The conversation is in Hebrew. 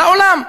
לעולם.